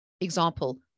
example